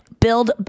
Build